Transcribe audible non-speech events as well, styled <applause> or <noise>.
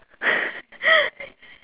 <laughs>